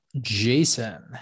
Jason